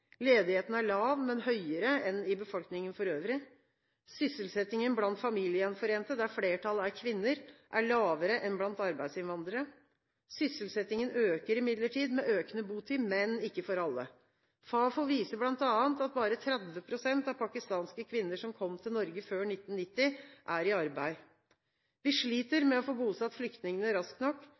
Ledigheten er lav, men høyere enn i befolkningen for øvrig. Sysselsettingen blant familiegjenforente, der flertallet er kvinner, er lavere enn blant arbeidsinnvandrere. Sysselsettingen øker imidlertid med økende botid, men ikke for alle. Fafo viser bl.a. at bare 30 pst. av pakistanske kvinner som kom til Norge før 1990, er i arbeid. Vi sliter med å få bosatt flyktningene raskt nok,